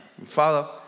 Follow